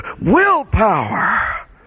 willpower